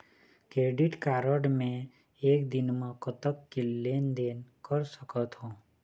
Credit card मे एक दिन म कतक के लेन देन कर सकत हो?